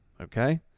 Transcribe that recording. Okay